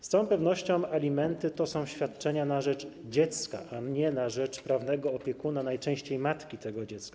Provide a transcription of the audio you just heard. Z całą pewnością alimenty to są świadczenia na rzecz dziecka, a nie na rzecz prawnego opiekuna, najczęściej matki tego dziecka.